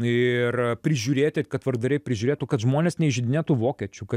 ir prižiūrėti kad tvarkdariai prižiūrėtų kad žmonės neįžeidinėtų vokiečių kad